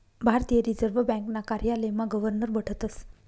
भारतीय रिजर्व ब्यांकना कार्यालयमा गवर्नर बठतस